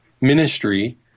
ministry